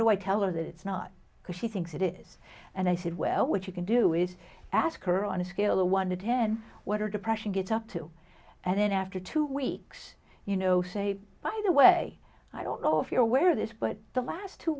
do i tell her that it's not because she thinks it is and i said well what you can do is ask her on a scale of one to ten what her depression gets up to and then after two weeks you know say by the way i don't know if you're aware of this but the last two